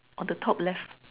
on the top left